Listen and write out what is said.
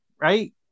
right